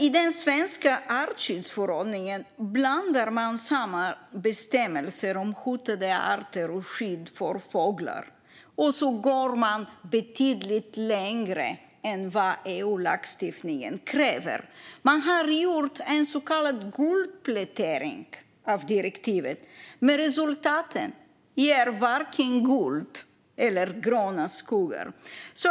I den svenska artskyddsförordningen blandar man samman bestämmelser om hotade arter med skydd för fåglar, och så går man betydligt längre än vad EU-lagstiftningen kräver. Man har gjort en så kallad guldplätering av direktivet. Men resultatet ger varken guld eller gröna skogar.